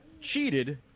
cheated